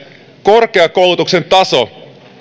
korkeakoulutuksen taso